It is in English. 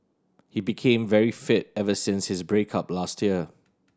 he became very fit ever since his break up last year